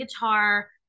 guitar